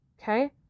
Okay